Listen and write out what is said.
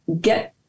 get